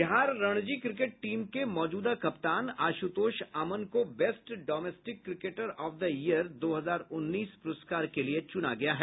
Bihar Ranji cricket team के मौजूदा कप्तान आश्रतोष अमन को best domestic cricketer of the year दो हजार उन्नीस पुरस्कार के लिए चुना गया है